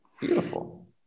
beautiful